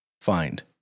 find